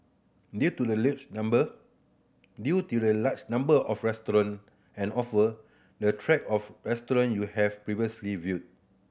due to the number due to the large number of restaurant and offer the track of restaurant you have previously viewed